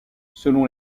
selon